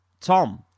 Tom